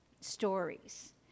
stories